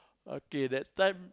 okay that time